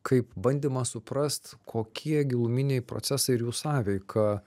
kaip bandymą suprast kokie giluminiai procesai ir jų sąveika